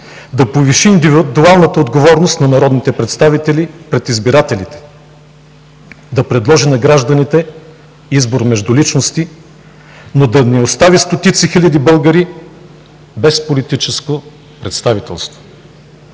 да повиши индивидуалната отговорност на народните представители пред избирателите, да предложи на гражданите избор между личности, но да не остави стотици хиляди българи без политическо представителство.